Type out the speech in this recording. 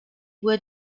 were